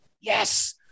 Yes